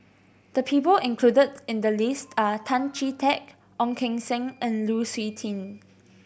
the people included in the list are Tan Chee Teck Ong Keng Sen and Lu Suitin